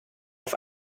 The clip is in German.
auf